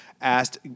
asked